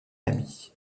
lamy